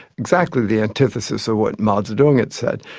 exactly the antithesis of what mao zedong had said.